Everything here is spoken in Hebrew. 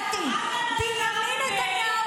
בניגוד לעמדתו של גלנט,